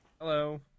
Hello